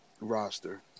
roster